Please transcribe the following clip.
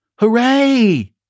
Hooray